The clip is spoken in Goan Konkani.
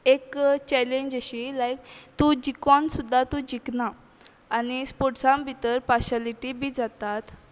एक चॅलेंज अशी लायक तूं जिकोन सुद्दां तूं जिकना आनी स्पोट्सां भितर पार्शलिटी बी जातात